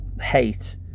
hate